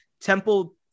Temple